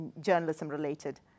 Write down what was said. journalism-related